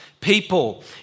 people